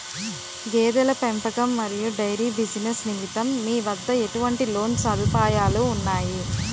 గేదెల పెంపకం మరియు డైరీ బిజినెస్ నిమిత్తం మీ వద్ద ఎటువంటి లోన్ సదుపాయాలు ఉన్నాయి?